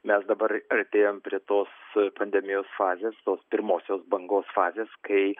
mes dabar artėjam prie tos pandemijos fazės tos pirmosios bangos fazės kai